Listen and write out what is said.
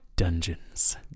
Dungeons